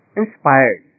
inspired